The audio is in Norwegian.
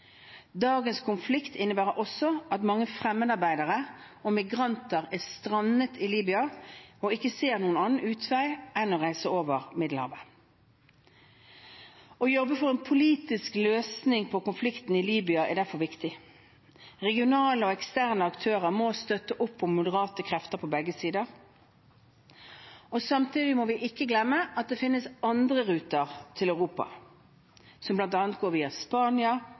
Dagens konflikt innebærer også at mange fremmedarbeidere og migranter er strandet i Libya og ikke ser noen annen utvei enn å reise over Middelhavet. Å jobbe for en politisk løsning på konflikten i Libya er derfor viktig. Regionale og eksterne aktører må sammen støtte opp om moderate krefter på begge sider. Samtidig må vi ikke glemme at det finnes andre ruter til Europa, som bl.a. går via Spania